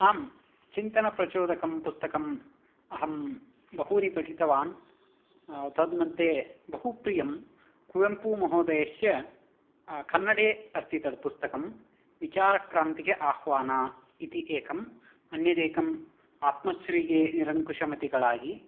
आम् चिन्तनप्रचोदकं पुस्तकम् अहं बहूनि पठितवान् तद् मध्ये बहु प्रियम् कुवेम्पू महोदयस्य कन्नडे अस्ति तत् पुस्तकम् विचार क्रान्तिगे आह्वान इति एकम् अन्यदेकं आत्मश्री गे निरंकुश मतिगळागि